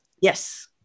Yes